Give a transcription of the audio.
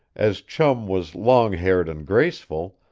as chum was longhaired and graceful,